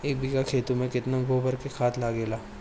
एक बीगहा गेहूं में केतना गोबर के खाद लागेला?